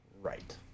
Right